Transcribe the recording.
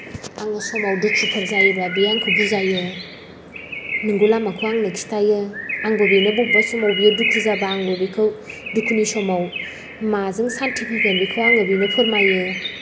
आङो समाव दुखुफोर जायोबा बियो आंखौ बुजायो नंगौ लामाखौ आंनो खिथायो आंबो बेनो बबेबा समाव बियो दुखु जाबा आंबो बेखौ दुखुनि समाव माजों सान्ति फैगोन बेखौ आङो बेनो फोरमायो